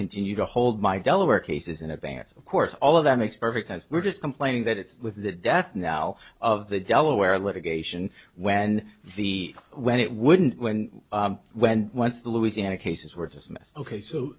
continue to hold my delaware cases in advance of course all of that makes perfect sense we're just complaining that it's with the death now of the delaware litigation when the when it wouldn't when when once the louisiana cases were